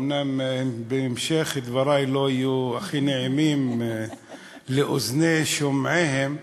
אומנם בהמשך דברי לא יהיו הכי נעימים לאוזני שומעיהם,